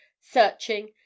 searching